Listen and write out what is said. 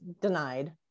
denied